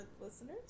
listeners